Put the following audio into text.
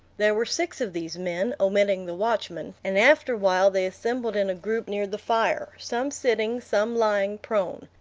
there were six of these men, omitting the watchman and afterwhile they assembled in a group near the fire, some sitting, some lying prone.